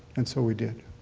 and so we did.